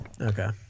Okay